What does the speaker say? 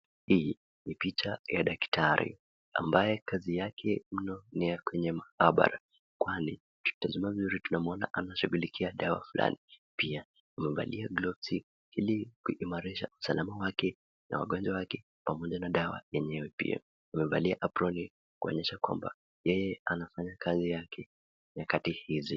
Hii ni picha ya daktari ambaye kaazi yake mno ni ya kwenye mahabara, kwani tukitazama vizuri tunamwona anashughulikia dawa flani. Pia amevalia (cs)glovsi(cs) ili kuimarisha usalama wake, wagonjwa wake pamoja na dawa yenyewe pia. Amevalia aproni yake kumaanisha kwamba yeye anafanya kazi yake nyakati hizi